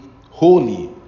holy